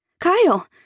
Kyle